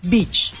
Beach